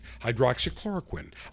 Hydroxychloroquine